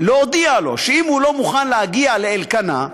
לא הודיע לו שאם הוא לא מוכן להגיע לאלקנה.